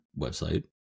website